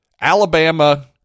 Alabama